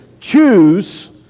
Choose